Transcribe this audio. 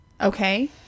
Okay